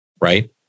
right